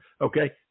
okay